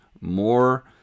more